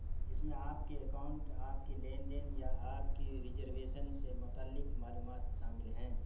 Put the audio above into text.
اس میں آپ کے اکاؤنٹ آپ کے لین دین یا آپ کی ریجرویشن سے متعلق معلومات شامل ہیں